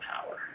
power